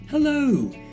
Hello